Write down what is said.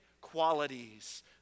qualities